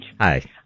Hi